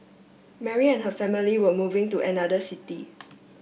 Mary and her family were moving to another city